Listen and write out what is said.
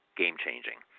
game-changing